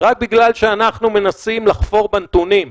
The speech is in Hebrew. רק בגלל שאנחנו מנסים לחפור בנתונים.